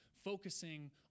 Focusing